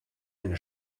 eine